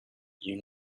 you